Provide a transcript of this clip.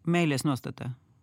meilės nuostatą